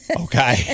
okay